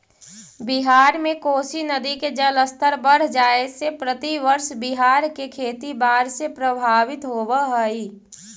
बिहार में कोसी नदी के जलस्तर बढ़ जाए से प्रतिवर्ष बिहार के खेती बाढ़ से प्रभावित होवऽ हई